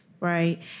Right